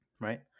Right